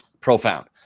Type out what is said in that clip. profound